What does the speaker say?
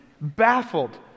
baffled